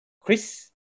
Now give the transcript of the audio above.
Chris